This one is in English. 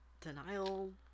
denial